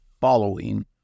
following